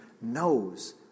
knows